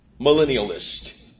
millennialist